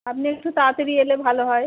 আপনি একটু তাড়াতাড়ি এলে ভালো হয়